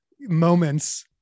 moments